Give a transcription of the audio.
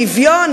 שוויון,